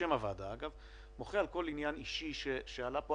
בשם הוועדה אני מוחה על כל עניין אישי שעלה פה.